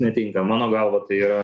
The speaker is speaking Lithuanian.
netinka mano galva tai yra